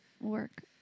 work